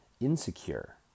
insecure